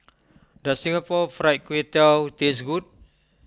does Singapore Fried Kway Tiao taste good